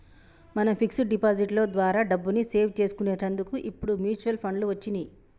మనం fix deposit లో ద్వారా డబ్బుని సేవ్ చేసుకునేటందుకు ఇప్పుడు మ్యూచువల్ ఫండ్లు వచ్చినియ్యి